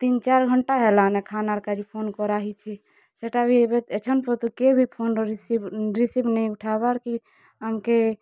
ତିନ୍ ଚାର୍ ଘଣ୍ଟା ହେଲା ନ ଖାନା କାଜୀ ଫୋନ୍ କରାହେଇଛେ ସେଟା ଭି ଏଛେନ୍ କି ବି ଫୋନ୍ ରିସିଭ୍ ଉଠାବାର୍ କି ଆମ୍ କେ